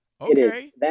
Okay